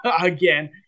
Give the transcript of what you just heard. again